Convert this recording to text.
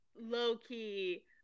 low-key